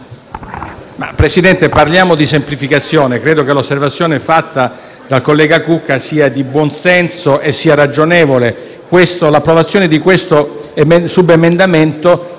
Presidente, parliamo di semplificazione. Credo che l'osservazione fatta dal collega Cucca sia di buon senso e ragionevole. L'approvazione del subemendamento